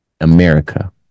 america